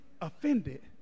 offended